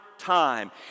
time